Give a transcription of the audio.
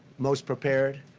most prepared.